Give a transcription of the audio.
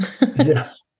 Yes